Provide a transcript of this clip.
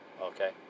Okay